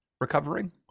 recovering